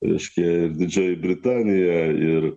reiškia ir didžioji britanija ir